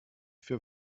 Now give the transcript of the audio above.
für